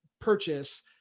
purchase